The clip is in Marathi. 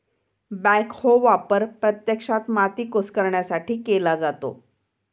बॅकहो वापर प्रत्यक्षात माती कुस्करण्यासाठी केला जातो